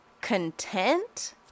content